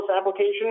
application